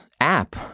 app